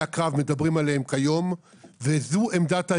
הקרב מדברים עליהם כיום וזו עמדת הארגון.